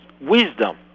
wisdom